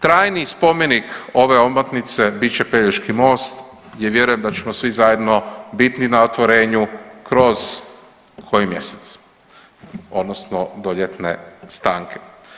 Trajni spomenik ove omotnice bit će Pelješki most gdje vjerujem da ćemo svi zajedno biti na otvorenju kroz koji mjesec, odnosno do ljetne stranke.